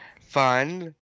fun